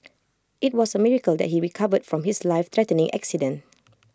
IT was A miracle that he recovered from his life threatening accident